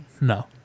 No